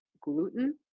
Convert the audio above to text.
gluten